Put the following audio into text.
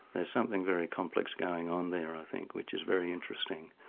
there's something very complex going on there i think, which is very interesting.